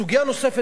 סוגיה נוספת,